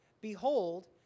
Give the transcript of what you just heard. behold